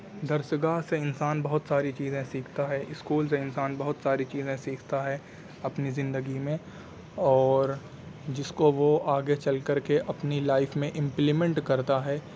درسگاہ سے انسان بہت ساری چیزیں سیکھتا ہے اسکول سے انسان بہت ساری چیزیں سیکھتا ہے اپنی زندگی میں اور جس کو وہ آگے چل کر کے اپنی لائف میں امپلیمنٹ کرتا ہے